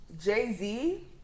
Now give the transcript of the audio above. Jay-Z